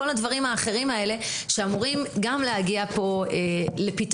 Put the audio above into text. לכל הדברים האחרים האלה שאמורים גם להגיע כאן לפתרון.